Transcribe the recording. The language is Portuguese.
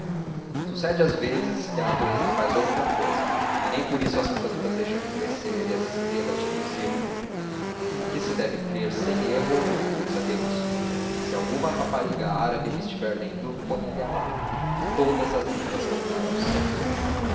sucede às vezes que a natureza faz outra cousa e nem por isso as plantas deixam de crescer e as estrelas de luzir o que se deve crer sem erro é que deus é deus e se alguma rapariga árabe me estiver lendo ponha lhe alá todas as línguas vão dar ao céu